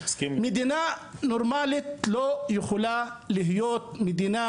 מדינה נורמלית לא יכולה להיות מדינה